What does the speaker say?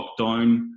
lockdown